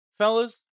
fellas